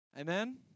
Amen